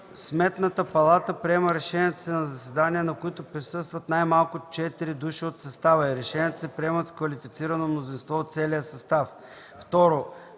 Сметната палата приема решенията си на заседания, на които присъстват най-малко четири души от състава й. Решенията се приемат с квалифицирано мнозинство от целия състав.”